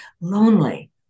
lonely